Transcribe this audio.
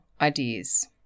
ideas